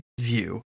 view